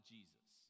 Jesus